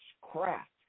craft